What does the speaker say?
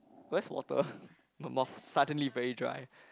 where's water my mouth suddenly very dry